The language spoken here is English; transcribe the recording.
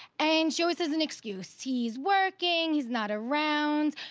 and she always has an excuse. he's working, he's not around.